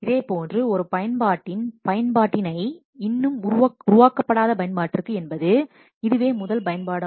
இதேபோன்று ஒரு பயன்பாட்டினை இன்னும் உருவாக்கப்படாத பயன்பாட்டிற்கு என்பது இதுவே முதல் பயன்பாடு